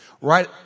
right